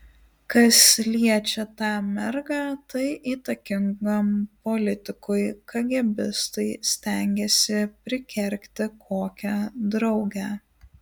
kas liečia tą mergą tai įtakingam politikui kagėbistai stengiasi prikergti kokią draugę